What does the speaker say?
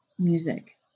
music